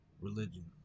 religion